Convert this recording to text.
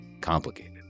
complicated